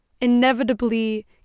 inevitably